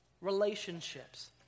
relationships